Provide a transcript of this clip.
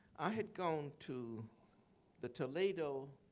i had gone to the toledo